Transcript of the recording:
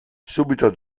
subito